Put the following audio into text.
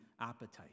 appetite